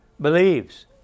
believes